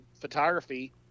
photography